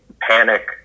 panic